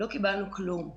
לא קיבלנו כלום.